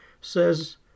says